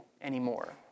anymore